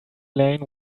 lane